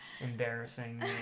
Embarrassing